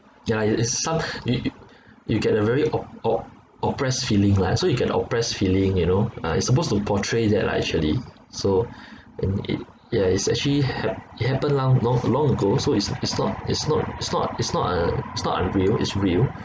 ya it is some you you you get a very op~ op~ oppressed feeling lah so you get an oppressed feeling you know ah it's supposed to portray that lah actually so and it ya it's actually hap~ it happened long long long ago so it's it's not it's not it's not it's not un~ it's not unreal it's real